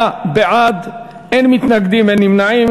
49 בעד, אין מתנגדים, אין נמנעים.